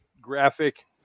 graphic